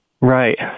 Right